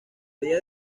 día